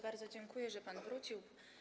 Bardzo dziękuję, że pan wrócił.